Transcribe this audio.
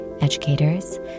educators